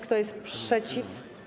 Kto jest przeciw?